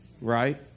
right